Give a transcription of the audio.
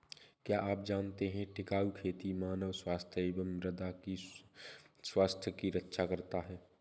क्या आप जानते है टिकाऊ खेती मानव स्वास्थ्य एवं मृदा की स्वास्थ्य की रक्षा करता हैं?